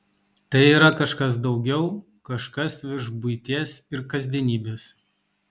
tai yra kažkas daugiau kažkas virš buities ir kasdienybės